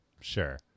Sure